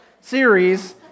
series